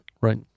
Right